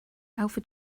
alpha